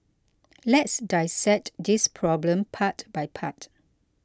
let's dissect this problem part by part